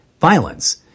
violence